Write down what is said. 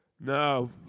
No